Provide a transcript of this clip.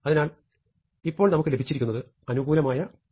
അതിനാൽ ഇപ്പോൾ നമുക്ക് ലഭിച്ചിരിക്കുന്നത് അനുകൂലമായ മൂല്യമാണ്